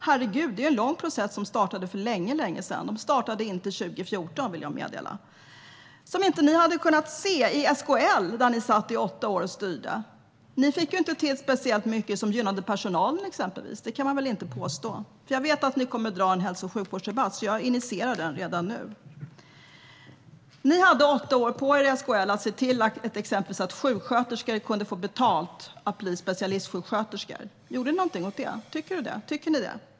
Herregud, det är en lång process som startade för länge sedan; den startade inte 2014, vill jag meddela. Som om inte ni hade kunnat se detta i SKL, där ni satt i åtta år och styrde! Ni fick inte till speciellt mycket som gynnade personalen, exempelvis; det kan man väl inte påstå. Jag vet att ni kommer att dra en hälso och sjukvårdsdebatt, så jag initierar den redan nu. Ni hade åtta år på er i SKL att se till att sjuksköterskor kunde få betalt för att bli specialistsjuksköterskor. Gjorde ni någonting åt det? Tycker ni det?